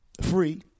free